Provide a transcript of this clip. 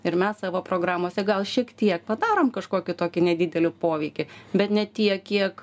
ir mes savo programose gal šiek tiek padarom kažkokį tokį nedidelį poveikį bet ne tiek kiek